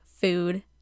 food